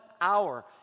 hour